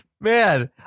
Man